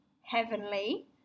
heavenly